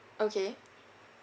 okay